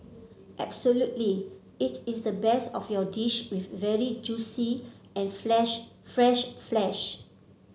absolutely it is the best of your dish with very juicy and flesh fresh flesh